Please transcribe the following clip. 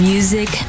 Music